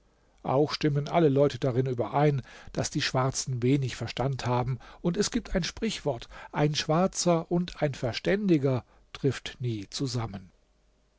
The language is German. auch stimmen alle leute darin überein daß die schwarzen wenig verstand haben und es gibt ein sprichwort ein schwarzer und ein verständiger trifft nie zusammen